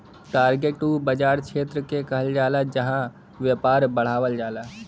target उ बाज़ार क्षेत्र के कहल जाला जहां व्यापार बढ़ावल जाला